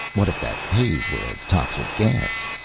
what if that haze were a toxic gas?